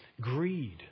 greed